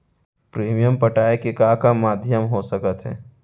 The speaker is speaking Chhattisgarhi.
प्रीमियम पटाय के का का माधयम हो सकत हे?